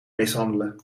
mishandelen